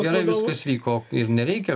gerai viskas vyko ir nereikia